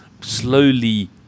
slowly